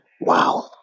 wow